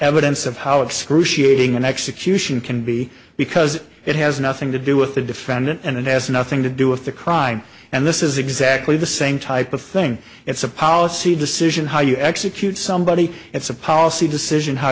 evidence of how excruciating an execution can be because it has nothing to do with the defendant and it has nothing to do with the crime and this is exactly the same type of thing it's a policy decision how you execute somebody it's a policy decision how